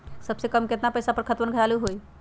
सबसे कम केतना पईसा पर खतवन चालु होई?